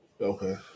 Okay